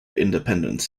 independents